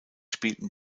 spielten